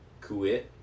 Kuwait